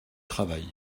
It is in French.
travail